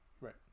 Right